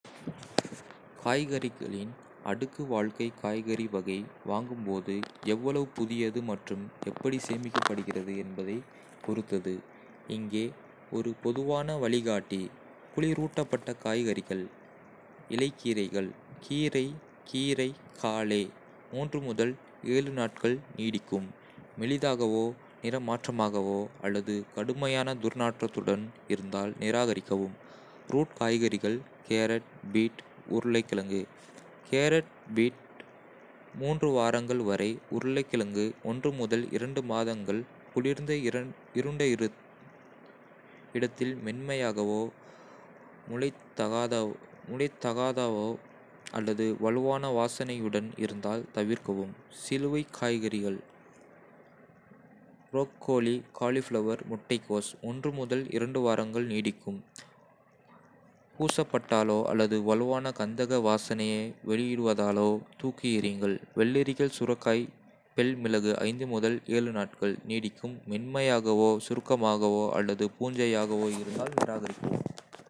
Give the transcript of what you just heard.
காய்கறிகளின் அடுக்கு வாழ்க்கை காய்கறி வகை, வாங்கும் போது எவ்வளவு புதியது மற்றும் எப்படி சேமிக்கப்படுகிறது என்பதைப் பொறுத்தது. இங்கே ஒரு பொதுவான வழிகாட்டி குளிரூட்டப்பட்ட காய்கறிகள்: இலை கீரைகள் (கீரை, கீரை, காலே நாட்கள் நீடிக்கும். மெலிதாகவோ, நிறமாற்றமாகவோ அல்லது கடுமையான துர்நாற்றத்துடன் இருந்தால் நிராகரிக்கவும். ரூட் காய்கறிகள் கேரட், பீட், உருளைக்கிழங்கு): கேரட் பீட் வாரங்கள் வரை. உருளைக்கிழங்கு மாதங்கள் குளிர்ந்த, இருண்ட இடத்தில். மென்மையாகவோ, முளைத்ததாகவோ அல்லது வலுவான வாசனையுடன் இருந்தால் தவிர்க்கவும். சிலுவை காய்கறிகள் ப்ரோக்கோலி, காலிஃபிளவர், முட்டைக்கோஸ் வாரங்கள் நீடிக்கும். பூசப்பட்டாலோ அல்லது வலுவான கந்தக வாசனையை வெளியிடுவதாலோ தூக்கி எறியுங்கள். வெள்ளரிகள், சுரைக்காய், பெல் மிளகு: நாட்கள் நீடிக்கும். மென்மையாகவோ, சுருக்கமாகவோ அல்லது பூஞ்சையாகவோ இருந்தால் நிராகரிக்கவும்.